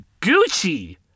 Gucci